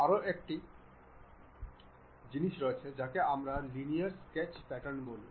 আরও একটি শক্তিশালী জিনিস রয়েছে যাকে আমরা এই লিনিয়ার স্কেচ প্যাটার্ন বলি